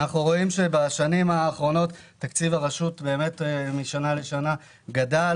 אנחנו רואים שבשנים האחרונות תקציב הרשות גדל משנה לשנה,